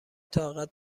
طاقت